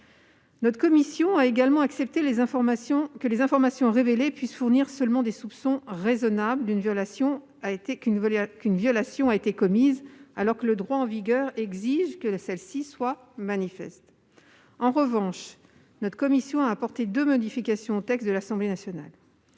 Note commission a également accepté que les informations révélées puissent fournir seulement des soupçons raisonnables qu'une violation a été commise, alors que le droit en vigueur exige que celle-ci soit manifeste. En revanche, notre commission a apporté deux modifications au texte de l'Assemblée nationale.